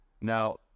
Now